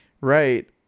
Right